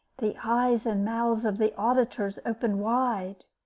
the eyes and mouths of the auditors opened wide.